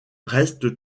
reste